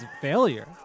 failure